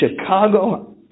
Chicago